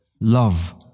love